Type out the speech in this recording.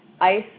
ICE